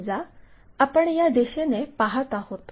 समजा आपण या दिशेने पाहत आहोत